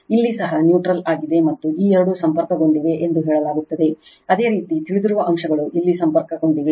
ಇಲ್ಲಿ ಸಹ ನ್ಯೂಟ್ರಲ್ ಆಗಿದೆ ಮತ್ತು ಈ ಎರಡು ಸಂಪರ್ಕಗೊಂಡಿವೆ ಎಂದು ಹೇಳಲಾಗುತ್ತದೆ ಅದೇ ರೀತಿ ತಿಳಿದಿರುವ ಅಂಶಗಳು ಇಲ್ಲಿ ಸಂಪರ್ಕಗೊಂಡಿವೆ